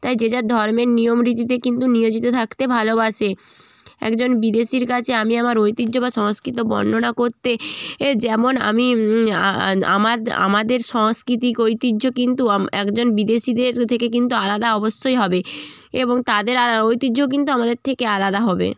তাই যে যার ধর্মের নিয়ম রীতিতে কিন্তু নিয়োজিত থাকতে ভালোবাসে একজন বিদেশির কাছে আমি আমার ঐতিহ্য বা সংস্কৃতি বর্ননা করতে এ যেমন আমি আমাদের সাংস্কৃতিক ঐতিহ্য কিন্তু একজন বিদেশিদের থেকে কিন্তু আলাদা অবশ্যই হবে এবং তাদের ঐতিহ্যও কিন্তু আমাদের থেকে আলাদা হবে